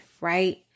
Right